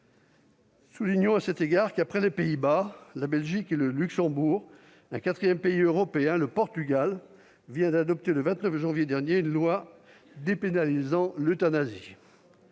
Soulignons à cet égard que, après les Pays-Bas, la Belgique et le Luxembourg, un quatrième pays européen, le Portugal, vient d'adopter, le 29 janvier dernier, une loi dépénalisant l'euthanasie.